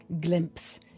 glimpse